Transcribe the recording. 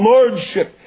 Lordship